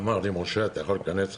אמר לי: משה, אתה יכול להיכנס לטנק?